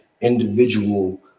individual